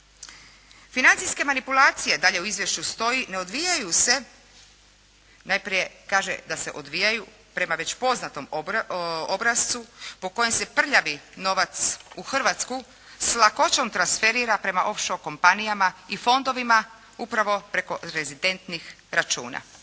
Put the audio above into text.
Financijske manipulacije, dalje u izvješću stoji, ne odvijaju se, najprije kaže da se odvijaju prema već poznatom obrascu, po kojem se prljavi novac u Hrvatsku s lakoćom transferira s off-shore kompanijama i fondovima upravo preko rezidentnih računa.